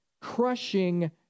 crushing